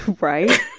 right